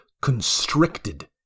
constricted